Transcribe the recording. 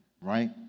right